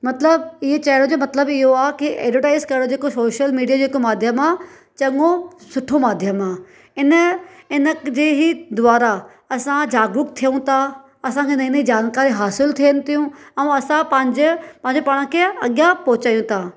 मतिलब हूअ चवण जो मतिलबु इहो आहे की ऐडवर्टाइस करण जेको शोशल मीडिया जेको माध्यम आहे चंङो सुठो माध्यम आहे इन जे हिन द्वारा असां जागरूक थियूं थी असांखे नई नई जानकारी हासिलु थियन थियू ऐं असां पंहिंजे पंहिंजे पाण खे अॻियां पहुचाइयूं था